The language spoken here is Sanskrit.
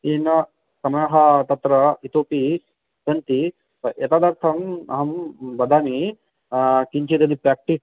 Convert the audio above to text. तेन समाः तत्र इतोऽपि सन्ति एतदर्थं अहं वदामि किञ्चिदपि प्रेक्टिस्